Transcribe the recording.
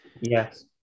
Yes